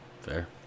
Fair